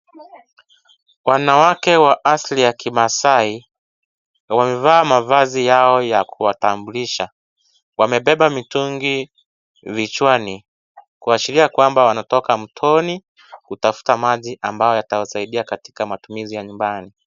Wanawake wa asili ya kimaasai, wamevaa mavazi yao ya kuwatambulisha. Wamebeba mitungi vichwani kuashiria kwamba wanatoka mtoni kutafuta maji ambayo yatawasaidia katika matumizi ya nyumbani.